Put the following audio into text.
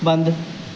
ਬੰਦ